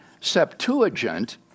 Septuagint